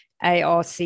ARC